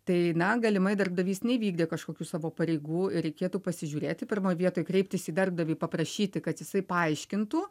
tai na galimai darbdavys neįvykdė kažkokių savo pareigų ir reikėtų pasižiūrėti pirmoj vietoj kreiptis į darbdavį paprašyti kad jisai paaiškintų